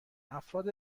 افراد